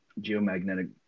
geomagnetic